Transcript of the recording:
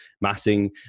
massing